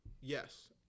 Yes